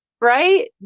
Right